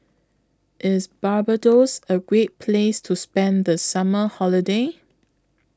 IS Barbados A Great Place to spend The Summer Holiday